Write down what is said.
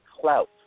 clout